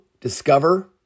discover